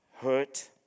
hurt